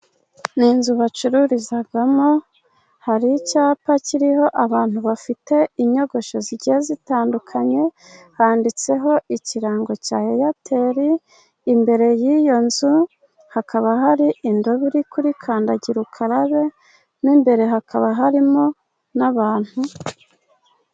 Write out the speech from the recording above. Ni inzu bacururizamo hari icyapa kiriho abantu bafite inyogosho zigiye zitandukanye. Handitseho ikirango cya airtel. Imbere y'iyo nzu hakaba hari indobo iri kuri kandagira ukarabe, n'imbere hakaba harimo n'abantu.